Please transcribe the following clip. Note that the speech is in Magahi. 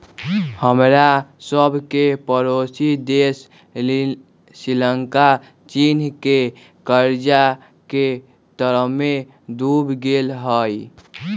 हमरा सभके पड़ोसी देश श्रीलंका चीन के कर्जा के तरमें डूब गेल हइ